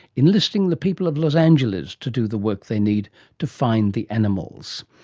enlisting the people of los angeles to do the work they need to find the animals.